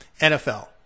NFL